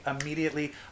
immediately